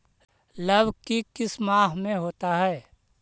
लव की किस माह में होता है?